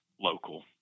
local